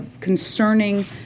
concerning